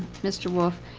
mr wolff.